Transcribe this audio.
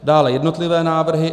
Dále jednotlivé návrhy.